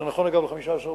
זה נכון, אגב, ל-15 ביוני,